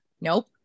Nope